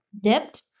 Dipped